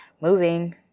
moving